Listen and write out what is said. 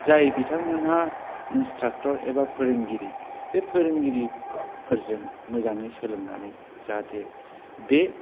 जाय बिथांमोनहा इन्सट्राक्टर एबा फोरोंगिरि बे फोरोंगिरिफोरजों मोजाङै सोलोंनानै जाहाथे बे